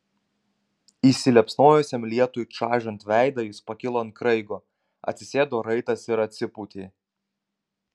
įsiliepsnojusiam lietui čaižant veidą jis pakilo ant kraigo atsisėdo raitas ir atsipūtė